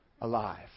alive